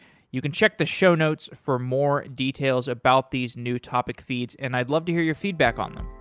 you can check the show notes for more details about these new topic feeds and i'd love to hear your feedback on them.